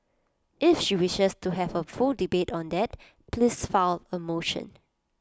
if she wishes to have A full debate on that please file A motion